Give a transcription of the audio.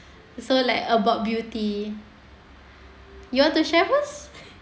so like about beauty you want to share first